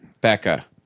Becca